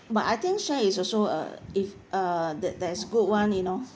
but I think shares is also uh if uh that that is good one you know